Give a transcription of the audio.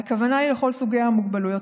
והכוונה היא לכל סוגי המוגבלויות,